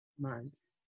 months